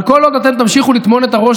אבל כל עוד אתם תמשיכו לטמון את הראש